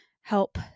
help